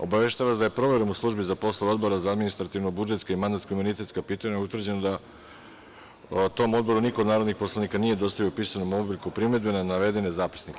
Obaveštavam vas da je proverom u službi za poslove Odbora za administrativno-budžetsko i mandatsko-imunitetska pitanja utvrđeno je da tom Odboru niko od narodnih poslanika nije dostavio pisanu molbu u obliku primedbe na navedene zapisnike.